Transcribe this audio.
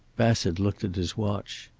bassett looked at his watch.